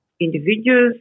individuals